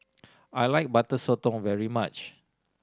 I like Butter Sotong very much